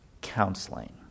counseling